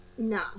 no